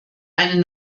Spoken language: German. eine